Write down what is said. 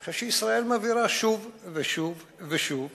אני חושב שישראל מבהירה שוב ושוב ושוב